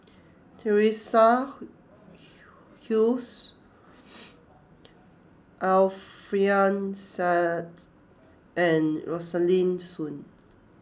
Teresa Hsu Alfian Sa'At and Rosaline Soon